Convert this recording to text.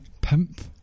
Pimp